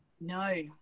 no